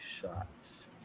shots